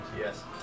Yes